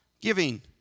giving